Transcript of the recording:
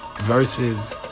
versus